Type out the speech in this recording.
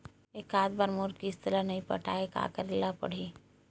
एकात बार मोर किस्त ला नई पटाय का करे ला पड़ही?